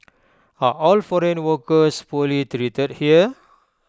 are all foreign workers poorly treated here